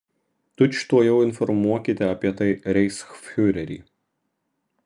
tučtuojau informuokite apie tai reichsfiurerį